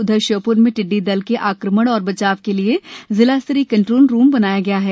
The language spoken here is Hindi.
उधर श्योप्र में टिड्डी दल के आक्रमण एवं बचाव के लिए जिला स्तरीय कन्ट्रोल रूम बनाया गया है